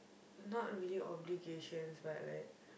not really obligations but like